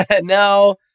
no